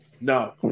No